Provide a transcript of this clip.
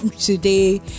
today